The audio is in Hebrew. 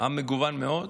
עם מגוון מאוד,